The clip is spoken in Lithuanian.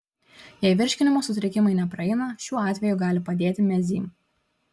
jei virškinimo sutrikimai nepraeina šiuo atveju gali padėti mezym